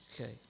Okay